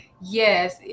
Yes